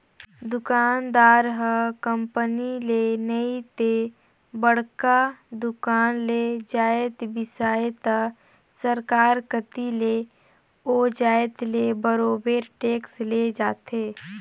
दुकानदार ह कंपनी ले नइ ते बड़का दुकान ले जाएत बिसइस त सरकार कती ले ओ जाएत ले बरोबेर टेक्स ले जाथे